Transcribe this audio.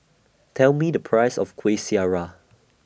Tell Me The Price of Kueh Syara